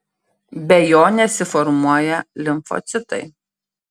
be jo nesiformuoja limfocitai